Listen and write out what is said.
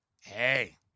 Hey